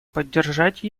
поддержать